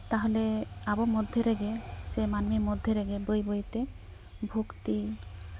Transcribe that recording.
ᱛᱟᱦᱚᱞᱮ ᱟᱵᱚ ᱢᱚᱫᱽᱫᱷᱮ ᱨᱮᱜᱮ ᱥᱮ ᱢᱟᱹᱱᱢᱤ ᱢᱚᱫᱽᱫᱷᱮ ᱨᱮᱜᱮ ᱵᱟᱹᱭ ᱵᱟᱹᱭᱛᱮ ᱵᱷᱚᱠᱛᱤ